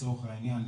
לצורך העניין,